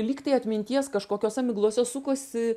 lyg tai atminties kažkokiose miglose sukosi